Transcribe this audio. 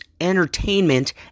entertainment